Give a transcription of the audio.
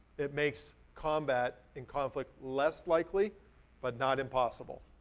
it makes combat and conflict less likely but not impossible.